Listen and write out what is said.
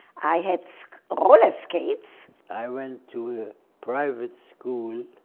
i had scala skates. i went to a private school